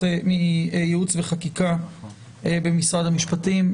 מייעוץ וחקיקה במשרד המשפטים.